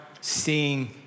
seeing